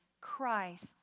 Christ